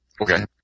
Okay